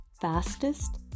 fastest